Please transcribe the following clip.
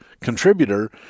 contributor